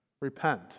Repent